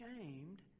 shamed